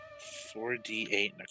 4d8